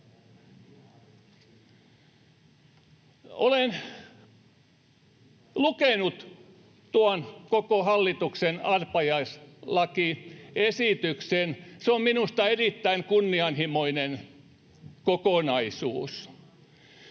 Olen lukenut tuon koko hallituksen arpajaislakiesityksen. Se on minusta erittäin kunnianhimoinen kokonaisuus.